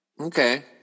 Okay